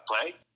play